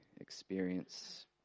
experience